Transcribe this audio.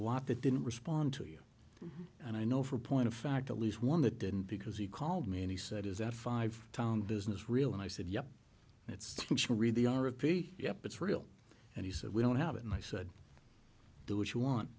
lot that didn't respond to you and i know for point of fact at least one that didn't because he called me and he said is that five town business real and i said yeah it's really r a p yep it's real and he said we don't have it and i said do what you